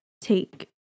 take